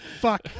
Fuck